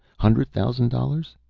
hundred thousand dollars,